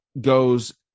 goes